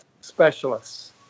specialists